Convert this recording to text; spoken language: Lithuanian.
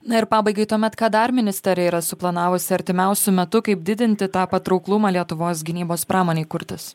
na ir pabaigai tuomet ką dar ministerija yra suplanavusi artimiausiu metu kaip didinti tą patrauklumą lietuvos gynybos pramonei kurtis